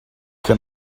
can